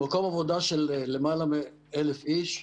מקום עבודה של למעלה מ-1,000 איש,